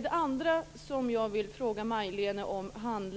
Det andra som jag vill fråga Majléne Westerlund Westerlund